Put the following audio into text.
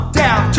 down